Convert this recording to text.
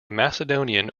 macedonian